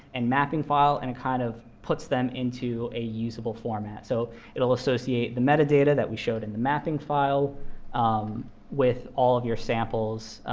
and mapping file and it kind of puts them into a usable format. so it will associate the metadata that we showed in the mapping file um with all of your samples